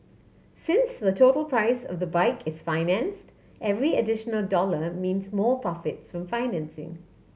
since the total price of the bike is financed every additional dollar means more profits from financing